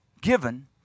given